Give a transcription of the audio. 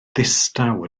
ddistaw